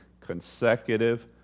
consecutive